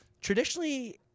traditionally